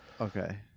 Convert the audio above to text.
okay